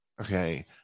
okay